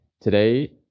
Today